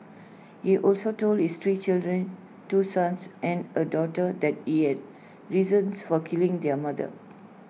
he also told his three children two sons and A daughter that he had reasons for killing their mother